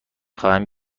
خواهم